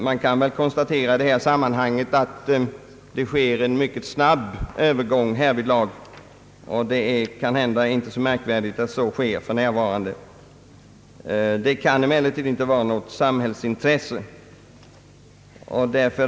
Man kan i detta sammanhang konstatera, att det sker en mycket snabb övergång härvidlag, och det är kanhända inte så märkvärdigt. Det kan emellertid inte vara något samhällsintresse att så sker.